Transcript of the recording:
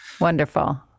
Wonderful